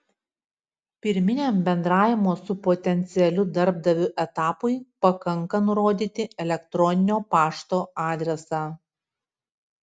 pirminiam bendravimo su potencialiu darbdaviu etapui pakanka nurodyti elektroninio pašto adresą